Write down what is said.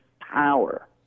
power